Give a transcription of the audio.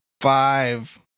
Five